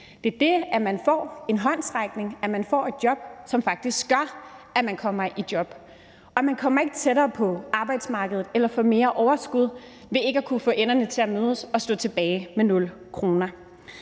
det er det, at man får en håndsrækning, som faktisk gør, at man kommer i job. Og man kommer ikke tættere på arbejdsmarkedet eller får mere overskud ved ikke at kunne få enderne til at mødes og stå tilbage med 0 kr.